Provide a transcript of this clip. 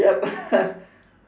yup